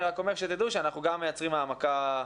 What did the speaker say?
אבל תדעו שאנחנו גם מייצרים העמקה מחר.